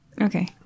Okay